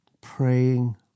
Praying